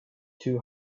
two